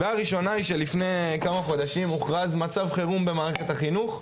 לפני מספר חודשים הוכרז מצב חירום במערכת החינוך,